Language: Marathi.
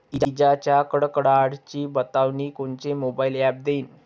इजाइच्या कडकडाटाची बतावनी कोनचे मोबाईल ॲप देईन?